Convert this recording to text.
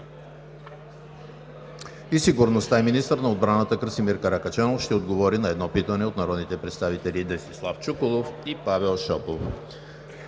и сигурността и министър на отбраната Красимир Каракачанов ще отговори на едно питане от народните представители Десислав Чуколов и Павел Шопов.